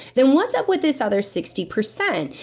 then what's up with this other sixty percent,